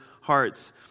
hearts